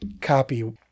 copy